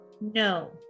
No